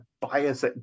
bias